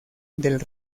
del